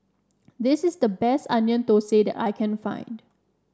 this is the best Onion Thosai that I can find